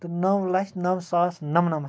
تہٕ نَو لَچھ نَو ساس نَمنَمَتھ